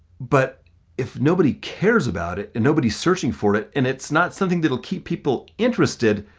but if nobody cares about it and nobody's searching for it, and it's not something that'll keep people interested,